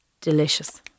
delicious